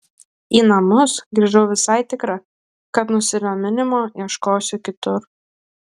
į namus grįžau visai tikra kad nusiraminimo ieškosiu kitur